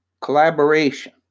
collaboration